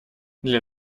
для